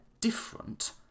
different